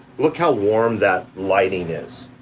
look how warm that lighting is.